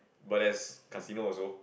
but there's casino also